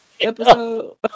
episode